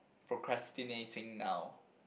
procrastinating now